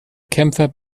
kämpfer